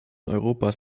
europas